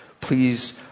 Please